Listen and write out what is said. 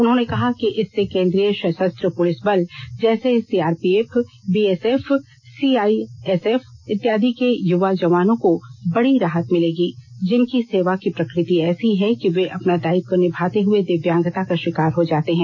उन्होंने कहा कि इससे केंद्रीय सशस्त्र पुलिस बल जैसे सीआर पीएफ बीएसएफ सीआईएसएफ इत्यादि के युवा जवानों को बड़ी राहत मिलेगी जिनकी सेवा की प्रकृति ऐसी है कि वे अपना दायित्व निभाते हुए दिव्यांगता का शिकार हो सकते हैं